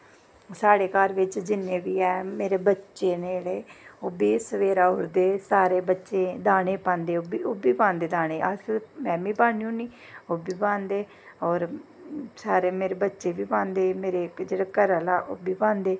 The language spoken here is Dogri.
साढ़े घर बिच्च जिन्ने बी हैन जेह्ड़े बच्चे न मेरे ओह् बी सवेरै उठदे सारें बच्चें गी दानें पांदे ओह् बी पांदे दाने में बी पान्नी होनी ओह् बी पांदे होर मेरे बच्चे बी पांदे मेरा घरे आह्लां बी पांदे